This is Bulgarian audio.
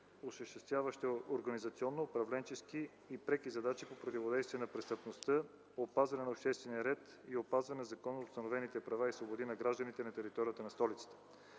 организационно-управленски и преки задачи по противодействие на престъпността, по опазване на обществения ред и законоустановените права и свободи на гражданите на територията на гражданите.